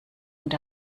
und